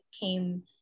came